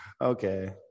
Okay